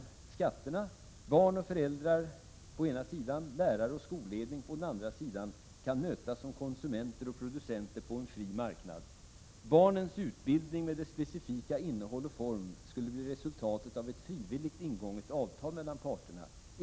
Det framhålls vidare: ”Då skulle barnen och föräldrarna, å ena sidan, och lärarna och skolledningarna, å andra sidan, mötas som konsumenter och producenter på en fri marknad. Barnens utbildning med dess specifika innehåll och form skulle bli resultatet av ett frivilligt ingånget avtal mellan parterna.